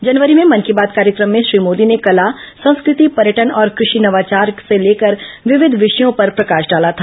जनवरी में मन की बात कार्यक्रम में श्री मोदी ने कला संस्कृति पर्यटन और कृषि नवाचार से लेकर विविध विषयों पर प्रकाश डाला था